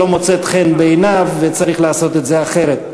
לא מוצאת חן בעיניו וצריך לעשות את זה אחרת.